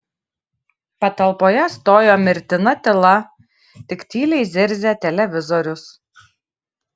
patalpoje stojo mirtina tyla tik tyliai zirzė televizorius